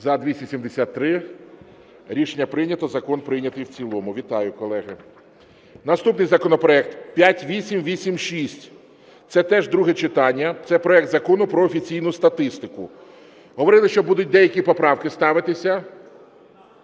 За-273 Рішення прийнято. Закон прийнятий в цілому. Вітаю, колеги. Наступний законопроект 5886 – це теж друге читання, це проект Закону про офіційну статистику. Говорили, що будуть деякі поправки ставитися.